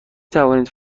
توانید